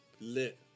Lit